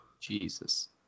Jesus